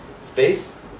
Space